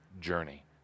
journey